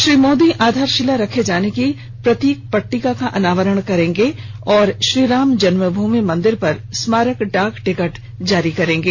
श्री मोदी आधारशिला रखे जाने की प्रतीक पट्टिका का अनावरण करेंगे और श्रीराम जन्मभूमि मंदिर पर स्मारक डाक टिकट जारी करेंगे